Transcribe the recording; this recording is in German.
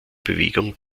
bewegung